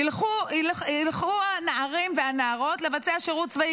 ילכו הנערים והנערות לבצע שירות צבאי,